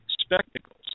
spectacles